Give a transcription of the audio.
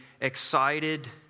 excited